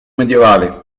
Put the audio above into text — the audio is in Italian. medievale